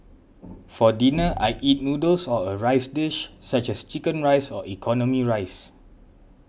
for dinner I eat noodles or a rice dish such as Chicken Rice or economy rice